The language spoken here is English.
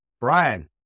Brian